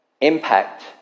impact